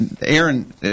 Aaron